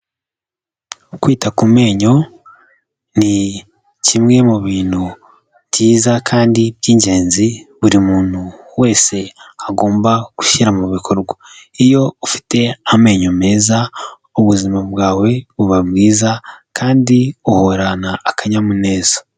Kwita ku menyo ni kimwe mu bintu byiza kandi by'ingenzi buri muntu wese agomba gushyira mu bikorwa, iyo ufite amenyo meza ubuzima bwawe buba bwiza kandi uhorana akanyamuneza.